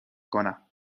کنم